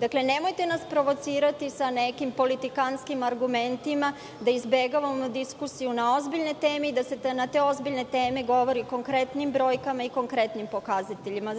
Nemojte nas provocirati sa nekim politikantskim argumentima, da izbegavamo diskusiju na ozbiljne teme i da se na te ozbiljne teme govori konkretnim brojkama i konkretnim pokazateljima.